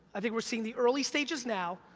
i think we're seeing the early stages now,